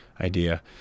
idea